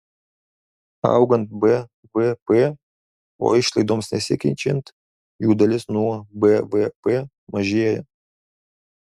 augant bvp o išlaidoms nesikeičiant jų dalis nuo bvp mažėja